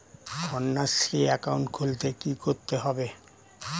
Kanyashree account খুলতে কী করতে হবে?